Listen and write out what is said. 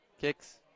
kicks